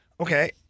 Okay